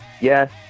yes